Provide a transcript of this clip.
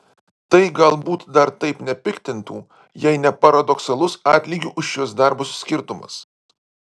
tai galbūt dar taip nepiktintų jei ne paradoksalus atlygių už šiuos darbus skirtumas